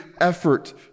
effort